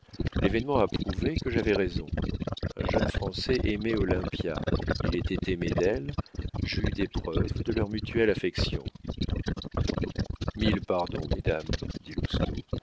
a prouvé que j'avais raison un jeune français aimait olympia il était aimé d'elle j'eus des preuves de leur mutuelle affection mille pardons mesdames dit